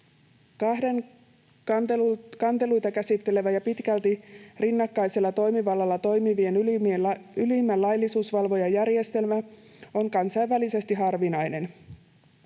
Kahden kanteluita käsittelevän ja pitkälti rinnakkaisella toimivallalla toimivan ylimmän laillisuusvalvojan järjestelmä on kansainvälisesti harvinainen.